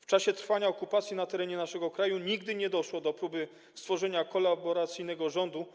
W czasie trwania okupacji na terenie naszego kraju nigdy nie doszło do próby stworzenia kolaboracyjnego rządu,